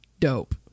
Dope